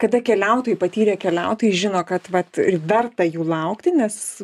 kada keliautojai patyrę keliautojai žino kad vat ir verta jų laukti nes